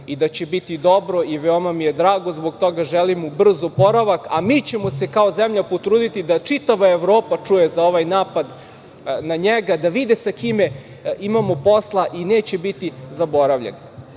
i da će biti dobro i veoma mi je drago zbog toga, želim mu brz oporavak a mi ćemo se kao zemlja potruditi da čitava Evropa čuje za ovaj napad na njega, da vide s kime imamo posla i neće biti zaboravljen. Želim